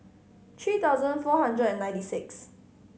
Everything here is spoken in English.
three thousand four hundred and ninety sixth